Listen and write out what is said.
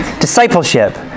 Discipleship